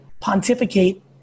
pontificate